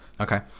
Okay